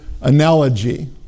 analogy